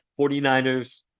49ers